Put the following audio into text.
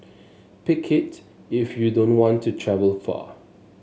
pick it if you don't want to travel far